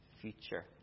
future